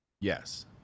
Yes